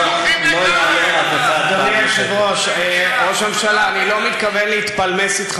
אדוני יושב-ראש האופוזיציה יענה.